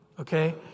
Okay